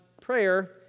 prayer